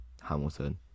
Hamilton